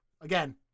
again